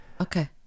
Okay